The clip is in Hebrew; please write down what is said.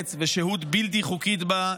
לארץ ושהות בלתי חוקית בה,